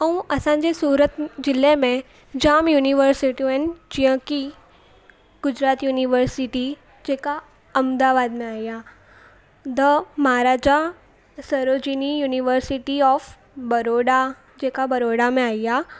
ऐं असांजे सूरत ज़िले में जामु युनिवर्सिटियूं आहिनि जीअं की गुजरात युनिवर्सिटी जेका अहमदाबाद में आई आहे the Maharaja Sarojini University of Baroda जेका बड़ौडा में आई आहे